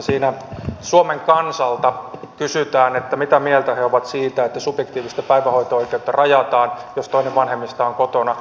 siinä suomen kansalta kysytään mitä mieltä he ovat siitä että subjektiivista päivähoito oikeutta rajataan jos toinen vanhemmista on kotona